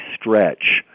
stretch